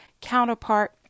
counterpart